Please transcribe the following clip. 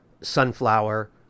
sunflower